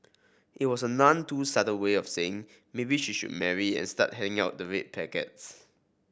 it was a none too subtle way of saying maybe she would marry and start handing out the red packets